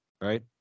right